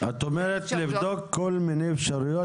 --- את אומרת לבדוק על מיני אפשרויות,